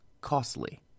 costly